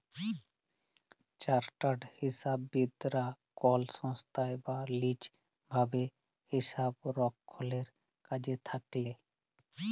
chartered হিসাববিদ রা কল সংস্থায় বা লিজ ভাবে হিসাবরক্ষলের কাজে থাক্যেল